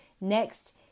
next